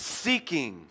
seeking